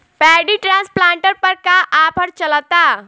Paddy transplanter पर का offer चलता?